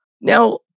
Now